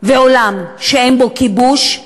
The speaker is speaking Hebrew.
ועולם שאין בו כיבוש,